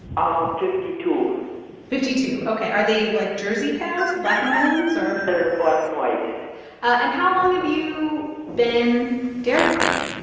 ah fifty-two fifty-two. ok. are they, like, jersey cows the black-and-white ones or. they're black-and-white and how long have you been dairy farming?